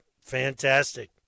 fantastic